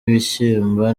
ibishyimbo